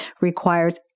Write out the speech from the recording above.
requires